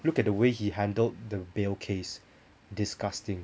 look at the way he handled the bale case disgusting